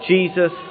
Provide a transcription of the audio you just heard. Jesus